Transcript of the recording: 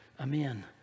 amen